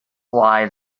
why